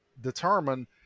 determine